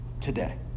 today